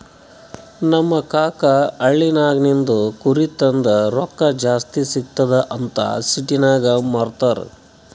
ನಮ್ ಕಾಕಾ ಹಳ್ಳಿನಾಗಿಂದ್ ಕುರಿ ತಂದು ರೊಕ್ಕಾ ಜಾಸ್ತಿ ಸಿಗ್ತುದ್ ಅಂತ್ ಸಿಟಿನಾಗ್ ಮಾರ್ತಾರ್